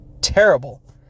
terrible